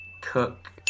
Cook